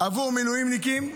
עבור המילואימניקים,